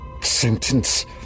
Sentence